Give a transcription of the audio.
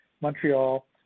Montreal